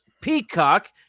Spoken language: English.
Peacock